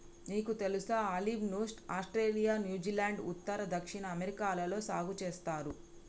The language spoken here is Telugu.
నీకు తెలుసా ఆలివ్ ను ఆస్ట్రేలియా, న్యూజిలాండ్, ఉత్తర, దక్షిణ అమెరికాలలో సాగు సేస్తారు